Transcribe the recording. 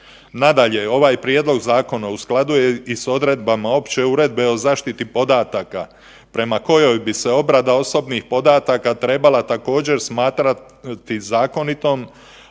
Nadalje, ovaj prijedlog zakona u skladu je i s odredbama opće uredbe o zaštiti podataka prema kojoj bi se obrada osobnih podataka trebala također smatrati zakonitom